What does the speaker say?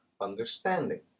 understanding